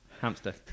Hamster